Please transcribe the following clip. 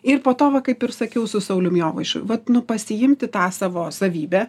ir po to va kaip ir sakiau su saulium jovaišu vat nu pasiimti tą savo savybę